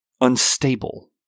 unstable